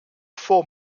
four